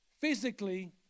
physically